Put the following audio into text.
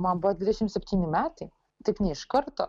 man buvo dvidešim septyni metai taip ne iš karto